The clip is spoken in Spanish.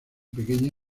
pequeña